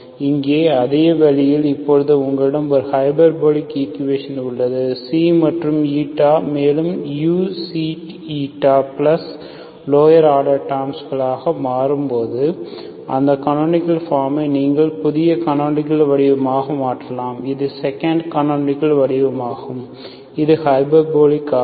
இங்கே அதே வழியில் இப்போது எங்களிடம் இந்த ஹைபர்போலிக் ஈக்குவேஷன் உள்ளது மற்றும் மேலும் uξηபிளஸ் லோயர் ஆர்டர் டேர்ம் களாக மாற்றும்போது அந்த கனோனிக்கள் ஃபாமை நீங்கள் புதிய கனோனிக்கள் வடிவமாக மாற்றலாம் இது செகண்ட் கனோனிக்கள் வடிவமாகும் இது ஹைபர்போலிக் ஆகும்